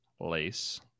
Lace